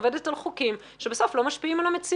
עובדת על חוקים שבסוף לא משפיעים על המציאות.